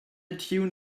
tune